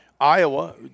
Iowa